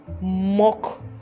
mock